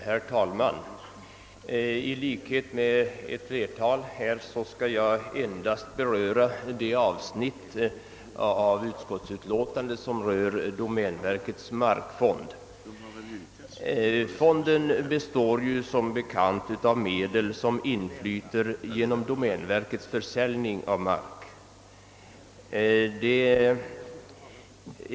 Herr talman! Liksom ett flertal andra talare skall jag endast beröra det avsnitt av utskottsutlåtandet som rör domänverkets markfond. Fonden består som bekant av medel som inflyter genom domänverkets försäljning av mark.